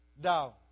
down